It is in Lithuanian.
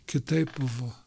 kitaip buvo